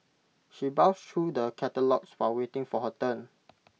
she browsed through the catalogues while waiting for her turn